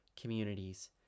communities